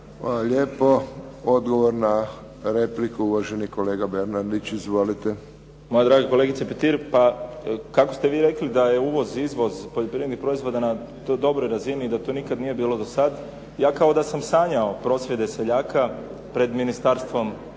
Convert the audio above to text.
lijepo. Odgovor na repliku, uvaženi kolega Bernardić. Izvolite. **Bernardić, Davor (SDP)** Moja draga kolegice Petir, kako ste vi rekli da je uvoz, izvoz poljoprivrednih proizvoda na dobroj razini i da to nije nikada bilo do sada ja kao da sam sanjao prosvjede seljaka pred Ministarstvom